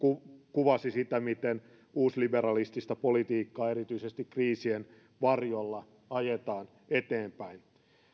kuvasi sitä miten uusliberalistista politiikkaa erityisesti kriisien varjolla ajetaan eteenpäin